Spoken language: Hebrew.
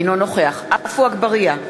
אינו נוכח עפו אגבאריה,